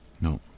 no